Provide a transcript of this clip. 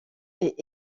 est